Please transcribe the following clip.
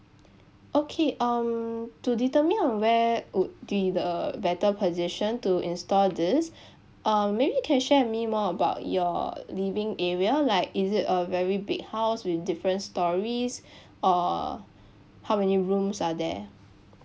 okay um to determine on where would be the better position to install this um maybe you can share with me more about your living area like is it a very big house with different storeys or how many rooms are there